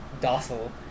docile